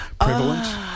prevalent